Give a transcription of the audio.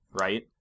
right